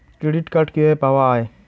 Credit card কিভাবে পাওয়া য়ায়?